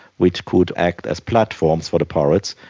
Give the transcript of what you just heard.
which could act as platforms for the pirates,